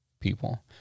people